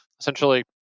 essentially